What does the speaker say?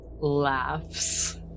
laughs